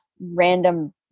random